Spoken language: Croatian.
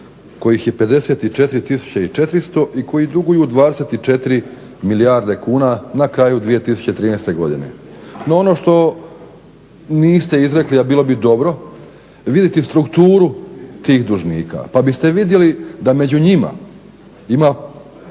tisuće i 400 i koji duguju 24 milijarde kuna na kraju 2013. godine. No, ono što niste izrekli a bilo bi dobro vidjeti strukturu tih dužnika pa biste vidjeli da među njima ima